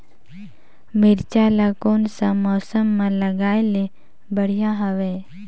मिरचा ला कोन सा मौसम मां लगाय ले बढ़िया हवे